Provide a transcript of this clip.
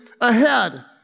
ahead